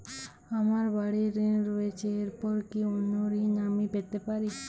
আমার বাড়ীর ঋণ রয়েছে এরপর কি অন্য ঋণ আমি পেতে পারি?